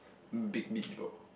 um big beach ball